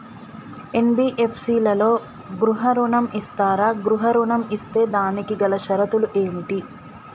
NBFC లలో గృహ ఋణం ఇస్తరా? గృహ ఋణం ఇస్తే దానికి గల షరతులు ఏమిటి?